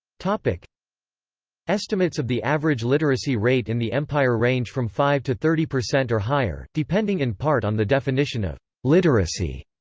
like estimates of the average literacy rate in the empire range from five to thirty percent or higher, depending in part on the definition of literacy.